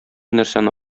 нәрсәне